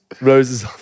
roses